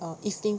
err evening